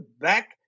back